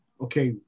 okay